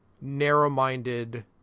narrow-minded